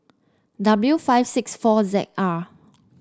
W five six four Z R